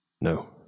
No